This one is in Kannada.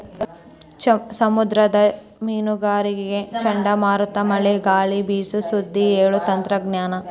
ಸಮುದ್ರದ ಮೇನುಗಾರರಿಗೆ ಚಂಡಮಾರುತ ಮಳೆ ಗಾಳಿ ಬೇಸು ಸುದ್ದಿ ಹೇಳು ತಂತ್ರಜ್ಞಾನ